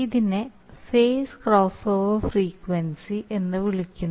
ഇതിനെ phase crossover frequency എന്ന് വിളിക്കുന്നു